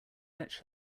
fetch